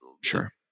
sure